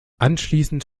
anschließend